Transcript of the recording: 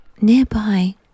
Nearby